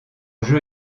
jeu